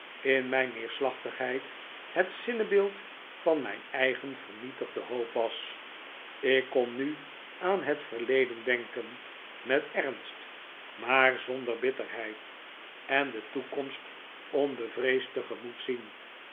in mijn neerslachtigheid het zinnebeeld van mijn eigen vernietigde hoop was ik kon nu aan het verleden denken met ernst maar zonder bitterheid en de toekomst onbevreesd tegemoet zien